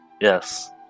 Yes